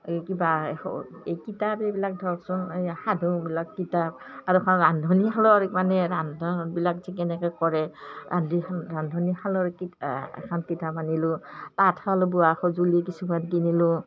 এই কিবা এই কিতাপ এইবিলাক ধৰকচোন এই সাধুবিলাক কিতাপ আৰু এখন ৰান্ধনীশালৰ মানে ৰন্ধাবিলাক যে কেনেকৈ কৰে ৰন্ধা ৰান্ধনীশালৰ এখন কিতাপ আনিলোঁ তাঁতশাল বোৱা সঁজুলি কিছুমান কিনিলোঁ